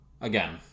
again